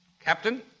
Captain